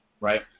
right